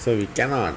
so we cannot